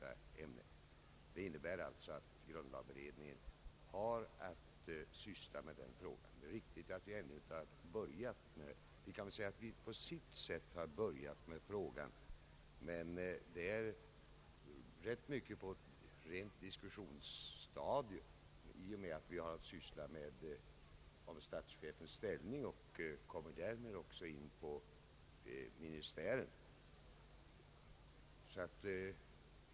Allt detta innebär att grundlagberedningen har att syssla med frågan. Det är riktigt att vi ännu inte börjat med den. Man kan säga att vi börjat med frågan på sikt, men på ett rent diskussionsstadium, i och med att vi har att syssla med statschefens ställning och därmed också kommer in på ministären.